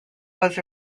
was